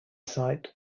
site